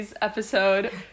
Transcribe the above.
episode